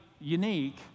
unique